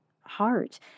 Heart